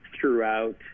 throughout